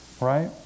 right